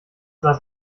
lass